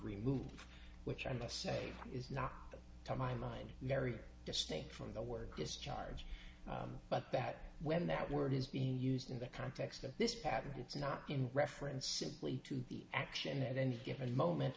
removed which i must say is not to my mind very distinct from the word discharge but that when that word is being used in the context of this pattern it's not in reference simply to the action at any given moment